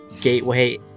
gateway